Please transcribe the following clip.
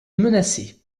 menacée